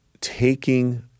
taking